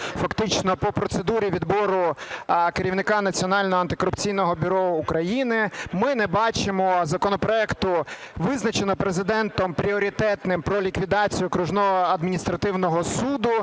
фактично по процедурі відбору керівника Національного антикорупційного бюро України. Ми не бачимо законопроекту, визначеного Президентом пріоритетним, про ліквідацію Окружного адміністративного суду.